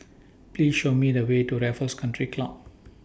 Please Show Me The Way to Raffles Country Club